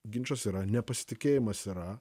ginčas yra nepasitikėjimas yra